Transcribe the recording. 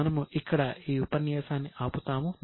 మనము ఇక్కడ ఈ ఉపన్యాసాన్ని ఆపుతాము